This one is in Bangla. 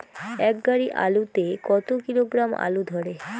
এক গাড়ি আলু তে কত কিলোগ্রাম আলু ধরে?